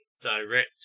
direct